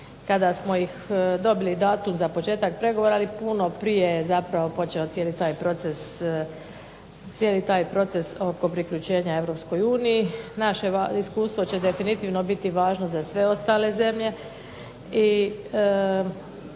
kada smo dobili datum za početak pregovora, ali puno prije je zapravo počeo cijeli taj proces oko priključenja Europskoj uniji. Naše iskustvo će definitivno biti važno za sve ostale zemlje